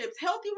healthy